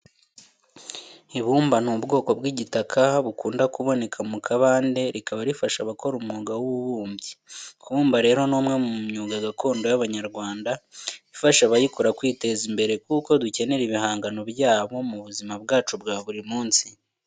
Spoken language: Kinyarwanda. Ibumba ni ubwoko bw'igitaka bukunda kuboneka mu kabande rikaba rifasha abakora umwuga w'ububumbyi. Kubumba rero ni umwe mu myuga gakondo y'Abanyarwanda ifasha abayikora kwiteza imbere kuko dukenera ibihangano byabo mu buzima bwacu bwa buri munsi.